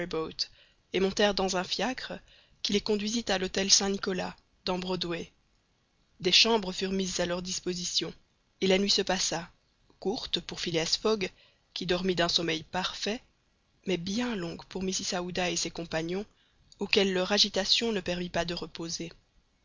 et montèrent dans un fiacre qui les conduisit à l'hôtel saint-nicolas dans broadway des chambres furent mises à leur disposition et la nuit se passa courte pour phileas fogg qui dormit d'un sommeil parfait mais bien longue pour mrs aouda et ses compagnons auxquels leur agitation ne permit pas de reposer